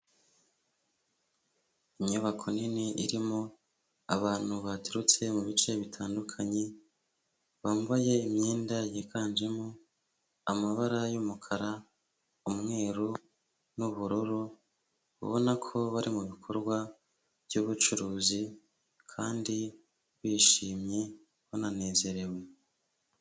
Inyubako nini irimo abantu baturutse mu bice bitandukanye bambaye imyenda yiganjemo amabara y'umukara, umweru n'ubururu, ubona ko bari mu bikorwa by'ubucuruzi kandi bishimye bananezerewe.